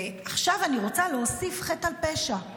ועכשיו, אני רוצה להוסיף חטא על פשע,